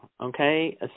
okay